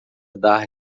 dar